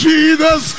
Jesus